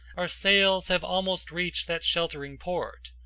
our sails have almost reached that sheltering port,